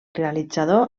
realitzador